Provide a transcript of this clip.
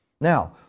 Now